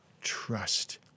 trust